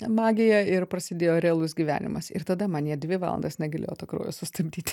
magija ir prasidėjo realus gyvenimas ir tada man jie dvi valandas negalėjo to kraujo sustabdyti